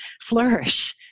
flourish